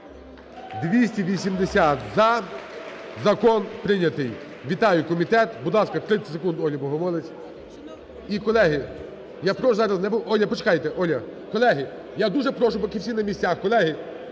За-280 Закон прийнятий. Вітаю комітет. Будь ласка, 30 секунд Олі Богомолець. І, колеги, я прошу зараз не виходити… Оля, почекайте. Оля! Колеги, я дуже прошу, поки всі на місцях… Колеги!